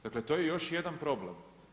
Dakle, to je još jedan problem.